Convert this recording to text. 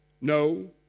No